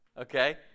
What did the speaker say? okay